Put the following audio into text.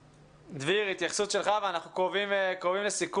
דביר, התייחסות שלך ואנחנו קרובים לסיכום.